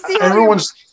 everyone's